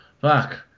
Fuck